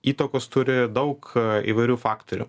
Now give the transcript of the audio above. įtakos turi daug įvairių faktorių